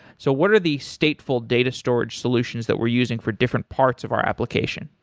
so what are the stateful data storage solutions that we're using for different parts of our application?